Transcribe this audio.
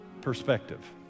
perspective